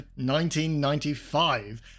1995